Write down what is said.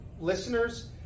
listeners